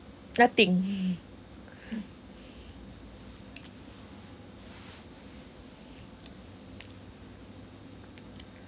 nothing